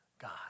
God